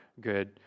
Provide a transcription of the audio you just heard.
good